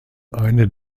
eine